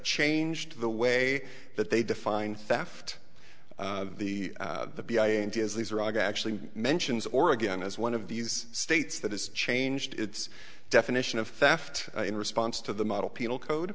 changed the way that they define theft the b i n g as these are actually mentions oregon as one of these states that has changed its definition of theft in response to the model penal code